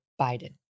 Biden